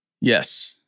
yes